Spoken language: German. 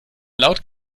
laut